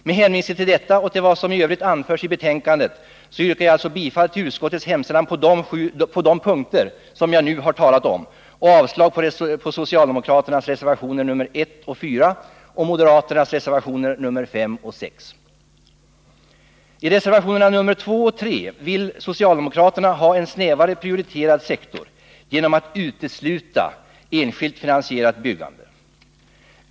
Med hänvisning till detta och till vad som i övrigt anförs i betänkandet yrkar jag bifall till finansutskottets hemställan på de punkter som jag nu talat om, och avslag på socialdemokraternas reservationer nr I och 4 och moderaternas reservationer nr 5 och 6. I reservationerna nr 2 och 3 vill socialdemokraterna ha en snävare prioriterad sektor genom att utesluta enskilt finansierat byggande.